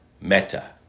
meta